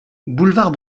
boulevard